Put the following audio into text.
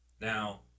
Now